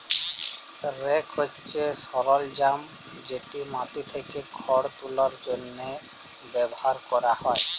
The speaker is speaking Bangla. রেক হছে সরলজাম যেট মাটি থ্যাকে খড় তুলার জ্যনহে ব্যাভার ক্যরা হ্যয়